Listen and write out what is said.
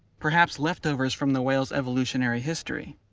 perhaps leftovers from the whales evolutionary history?